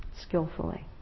skillfully